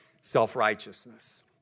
Self-righteousness